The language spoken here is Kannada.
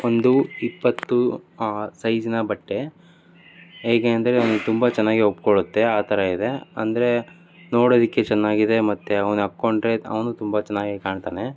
ಒಂದು ಇಪ್ಪತ್ತು ಸೈಝಿನ ಬಟ್ಟೆ ಹೇಗೆ ಅಂದರೆ ಅವ್ನಿಗೆ ತುಂಬ ಚೆನ್ನಾಗಿ ಒಪ್ಕೊಳ್ಳುತ್ತೆ ಆ ಥರ ಇದೆ ಅಂದರೆ ನೋಡೋದಕ್ಕೆ ಚೆನ್ನಾಗಿದೆ ಮತ್ತೆ ಅವ್ನು ಹಾಕೊಂಡ್ರೆ ಅವನು ತುಂಬ ಚೆನ್ನಾಗೆ ಕಾಣ್ತಾನೆ